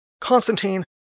Constantine